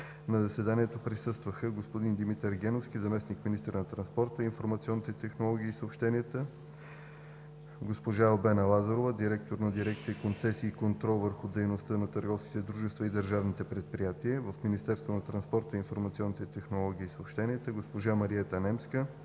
На заседанието присъстваха: господин Димитър Геновски – заместник-министър на транспорта, информационните технологии и съобщенията, госпожа Албена Лазарова – директор на дирекция „Концесии и контрол върху дейността на търговските дружества и държавните предприятия“ в Министерството на транспорта, информационните технологии и съобщенията, госпожа Мариета Немска